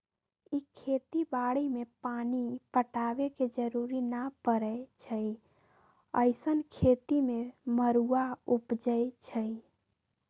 इ खेती बाड़ी में पानी पटाबे के जरूरी न परै छइ अइसँन खेती में मरुआ उपजै छइ